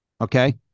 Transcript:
Okay